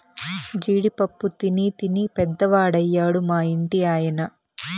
జీడి పప్పు తినీ తినీ పెద్దవాడయ్యాడు మా ఇంటి ఆయన